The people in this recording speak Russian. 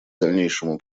дальнейшему